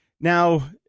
Now